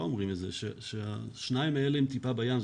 אומרים את זה שהשניים האלה הם טיפה בים.